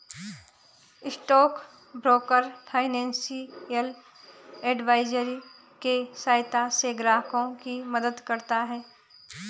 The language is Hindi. स्टॉक ब्रोकर फाइनेंशियल एडवाइजरी के सहायता से ग्राहकों की मदद करता है